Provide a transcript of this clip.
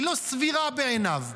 שהיא לא סבירה בעיניו.